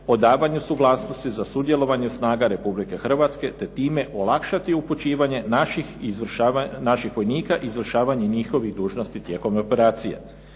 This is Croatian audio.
o davanju suglasnosti za sudjelovanje snaga Republike Hrvatske te time olakšati upućivanje naših vojnika i izvršavanje njihovih dužnosti tijekom operacije.